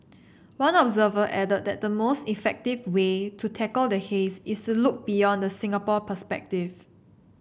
one observer added that the most effective way to tackle the haze is to look beyond the Singapore perspective